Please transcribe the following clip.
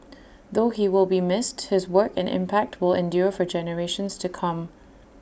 though he will be missed his work and impact will endure for generations to come